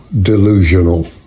delusional